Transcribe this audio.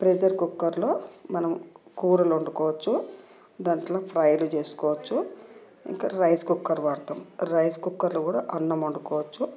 pressure కుక్కర్లో మనం కూరలు వండుకోవచ్చు దాంట్లో ఫ్రైలు చేసుకోవచ్చు ఇంక రైస్ కుక్కర్ వాడుతాం రైస్ కుక్కర్లో కూడా అన్నం వండుకోవచ్చు